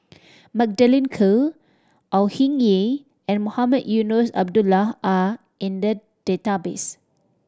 Magdalene Khoo Au Hing Yee and Mohamed Eunos Abdullah are in the database